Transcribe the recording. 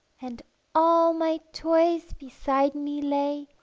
and all my toys beside me lay,